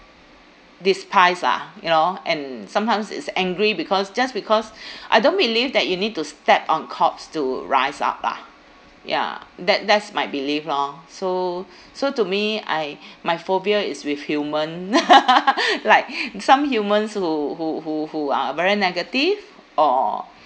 despise lah you know and sometimes is angry because just because I don't believe that you need to step on corpse to rise up lah ya that that's my belief lor so so to me I my phobia is with human like some humans who who who who are very negative or